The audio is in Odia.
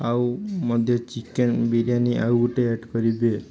ଆଉ ମଧ୍ୟ ଚିକେନ୍ ବିରିୟାନୀ ଆଉ ଗୋଟେ ଆଡ଼୍ କରିବେ